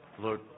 Lord